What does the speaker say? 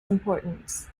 importance